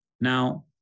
Now